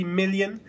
million